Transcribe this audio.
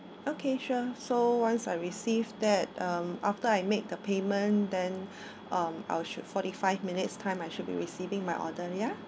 okay sure so once I receive that um after I make the payment then um I'll should forty five minutes time I should be receiving my order ya